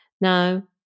now